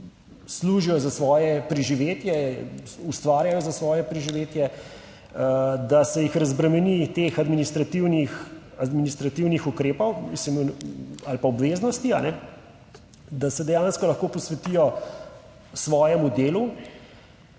služijo za svoje preživetje, ustvarjajo za svoje preživetje, da se jih razbremeni teh administrativnih ukrepov mislim ali pa obveznosti, da se dejansko lahko posvetijo svojemu delu.